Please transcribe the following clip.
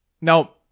now